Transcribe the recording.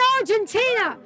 Argentina